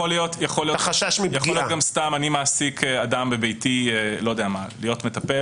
יכול גם להיות שאני מעסיק אדם בביתי להיות מטפל,